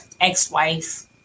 ex-wife